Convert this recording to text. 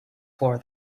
floor